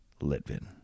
Litvin